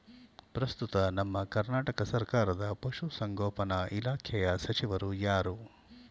ಪ್ರಸ್ತುತ ನಮ್ಮ ಕರ್ನಾಟಕ ಸರ್ಕಾರದ ಪಶು ಸಂಗೋಪನಾ ಇಲಾಖೆಯ ಸಚಿವರು ಯಾರು?